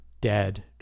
dead